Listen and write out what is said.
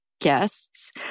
guests